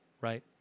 right